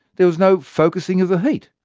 there was no focusing of the heat.